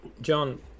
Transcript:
John